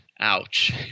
ouch